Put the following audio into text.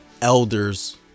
elders